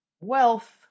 wealth